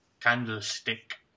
Candlestick